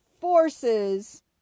forces